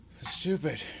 stupid